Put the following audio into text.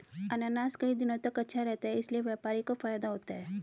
अनानास कई दिनों तक अच्छा रहता है इसीलिए व्यापारी को फायदा होता है